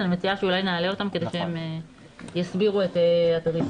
אני מציעה שנעלה אותם כדי שהם יסבירו את הדרישה.